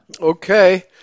Okay